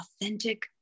authentic